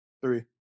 Three